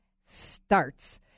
starts